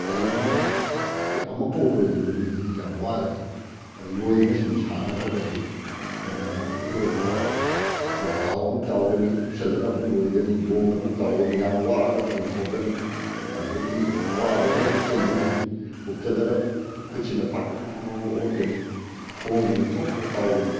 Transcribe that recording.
ꯀꯔꯤꯒꯤꯅꯣ ꯑꯃꯨꯛ ꯐꯥꯎ ꯂꯣꯏꯗ꯭ꯔꯤꯕ ꯃꯤꯗꯨꯗꯤ ꯌꯥꯝ ꯋꯥꯒꯅꯤ ꯑꯗꯨ ꯂꯣꯏꯗꯨꯅ ꯁꯨꯝ ꯁꯥꯟꯅꯈ꯭ꯔꯒꯗꯤ ꯏꯔꯣꯏꯕ ꯋꯥꯗꯦ ꯂꯣꯡꯇꯥꯎ ꯑꯃꯨꯛ ꯇꯥꯎꯒꯅꯤ ꯎꯞꯁꯤꯜꯂꯒ ꯑꯃꯨꯛ ꯂꯣꯏꯒꯅꯤ ꯂꯣꯡꯅ ꯑꯃꯨꯛ ꯇꯥꯎꯒꯅꯤ ꯌꯥꯝꯅ ꯋꯥꯔꯛꯑꯒꯅ ꯂꯣꯡꯊꯣꯛꯀꯅꯤ ꯑꯗꯨꯗꯒꯤ ꯋꯥꯗ꯭ꯔꯒꯅ ꯎꯞꯁꯤꯟꯒꯅꯤ ꯎꯞꯁꯤꯜꯂꯒ ꯈꯨꯠꯁꯤꯅ ꯐꯠ ꯐꯠ ꯐꯠ ꯐꯠ ꯑꯣꯠꯀꯅꯤ ꯈꯣꯡꯁꯤꯅ ꯊꯣꯛ ꯊꯣꯛ ꯀꯥꯎꯒꯅꯤ